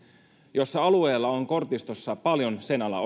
jossa alueella on kortistossa paljon sen alan